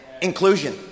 inclusion